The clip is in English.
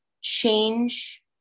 change